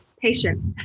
Patience